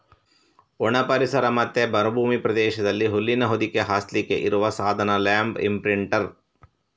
ಒಣ ಪರಿಸರ ಮತ್ತೆ ಮರುಭೂಮಿ ಪ್ರದೇಶದಲ್ಲಿ ಹುಲ್ಲಿನ ಹೊದಿಕೆ ಹಾಸ್ಲಿಕ್ಕೆ ಇರುವ ಸಾಧನ ಲ್ಯಾಂಡ್ ಇಂಪ್ರಿಂಟರ್